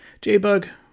JBug